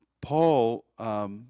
Paul